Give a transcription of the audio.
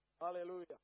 Hallelujah